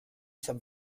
san